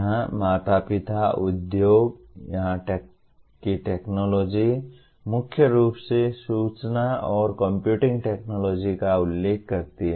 यहां माता पिता उद्योग यहां की टेक्नोलॉजी मुख्य रूप से सूचना और कंप्यूटिंग टेक्नोलॉजी का उल्लेख करती है